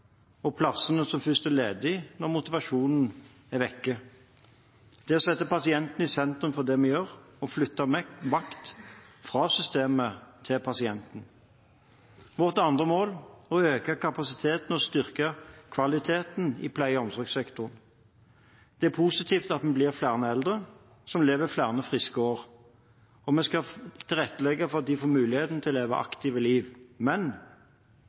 og plassene som først er ledige når motivasjonen er borte. Det er å sette pasienten i sentrum i det vi gjør. Vi flytter makt – fra systemet til pasienten. For det andre: Å øke kapasiteten og styrke kvaliteten i pleie- og omsorgssektoren. Det er positivt at vi blir flere eldre, som lever flere friske år. Vi skal tilrettelegge for at de får mulighet til å leve et aktivt liv.